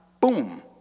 boom